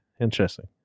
Interesting